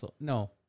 No